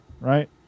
right